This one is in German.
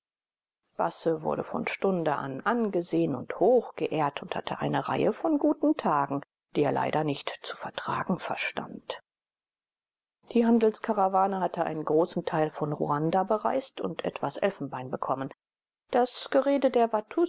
basse wurde von stunde an angesehen und hochgeehrt und hatte eine reihe von guten tagen die er leider nicht zu vertragen verstand die handelskarawane hatte einen großen teil von ruanda bereist und etwas elfenbein bekommen das gerede der